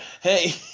Hey